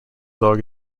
dog